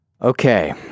Okay